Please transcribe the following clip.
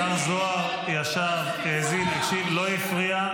השר זוהר ישב, האזין, הקשיב, לא הפריע.